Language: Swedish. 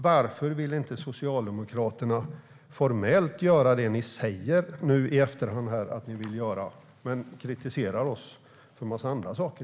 Varför vill inte Socialdemokraterna formellt göra det ni nu i efterhand säger att ni vill göra i stället för att kritisera oss för en massa andra saker?